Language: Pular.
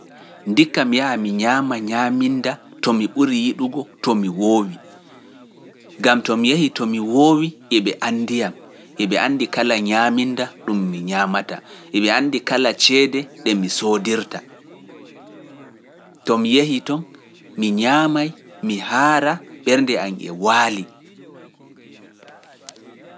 Ndikka mi yaha mi ñaama ñaaminda to mi ɓuri yiɗugo to mi woowi, ngam to mi yehi to mi woowi eɓe anndiyam, eɓe anndi kala ñaaminda ɗum mi ñaamata, eɓe anndi kala ceede ɗe mi soodirta, to mi yehi toon mi ñaamaay mi haara ɓernde am e waali.